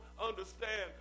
understand